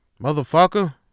Motherfucker